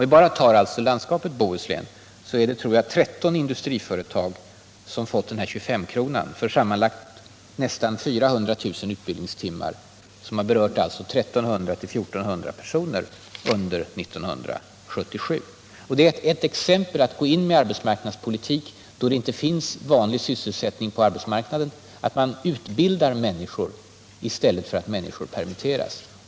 I landskapet Bohuslän har 13 industriföretag fått den här 25-kronan för sammanlagt nästan 400 000 utbildningstimmar, som berört mellan 1 300 och 1 400 personer under 1977. Det är ett exempel på att gå in med arbetsmarknadspolitik då det inte finns vanlig sysselsättning på arbetsmarknaden, att utbilda människor i stället för att människor permitteras.